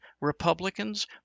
Republicans